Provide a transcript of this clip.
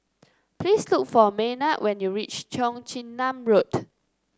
please look for Maynard when you reach Cheong Chin Nam Road